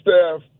staff